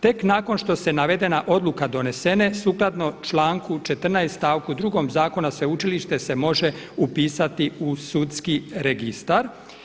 Teko nakon što se navedena odluka donesene, sukladno članku 14. stavku drugom Sveučilište se može upisati u sudski registar.